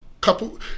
couple